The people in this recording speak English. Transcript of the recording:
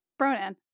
Bronan